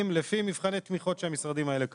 לפי מבחני תמיכות שהמשרדים האלה קבעו.